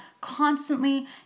constantly